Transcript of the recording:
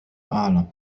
أعلم